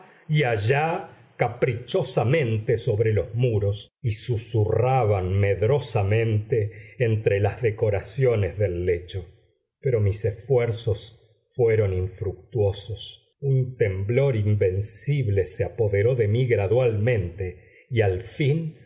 y allá caprichosamente sobre los muros y susurraban medrosamente entre las decoraciones del lecho pero mis esfuerzos fueron infructuosos un temblor invencible se apoderó de mí gradualmente y al fin